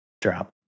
drop